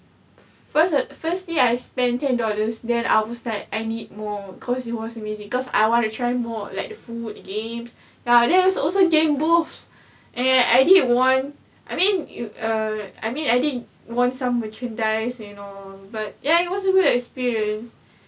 first firstly I spend ten dollars then I was like I need more cause it was amazing cause I want to try more like the food the games ah and then there's also game booths and I did won I mean you err I mean I did won some merchandise you know but ya it was a good experience